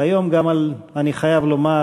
והיום, אני חייב לומר